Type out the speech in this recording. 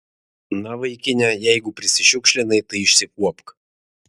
na vaikine jeigu prisišiukšlinai tai išsikuopk